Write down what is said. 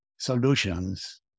solutions